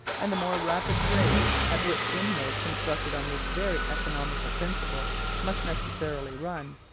and the more rapid rate at which windmills constructed on this very economical principle must necessarily run,